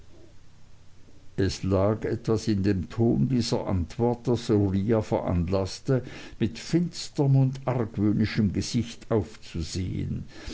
es lag etwas in dem ton dieser antwort was uriah veranlaßte mit finsterm und argwöhnischem ausdruck aufzusehen